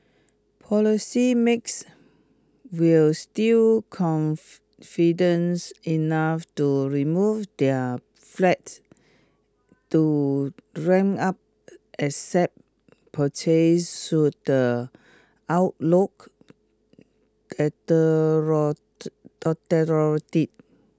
policy makes will still confidence enough to remove their flight to ramp up asset purchases should the outlook